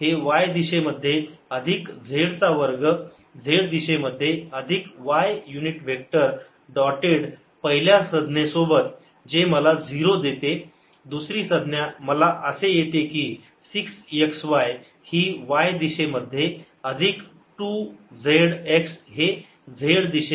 हे y दिशेमध्ये अधिक z चा वर्ग z दिशेमध्ये अधिक y युनिट वेक्टर डॉटेड पहिल्या संज्ञे सोबत जे मला 0 देते दुसरी सज्ञा मला असे येते की 6 x y ही y दिशेमध्ये अधिक 2 z x हे z दिशेमध्ये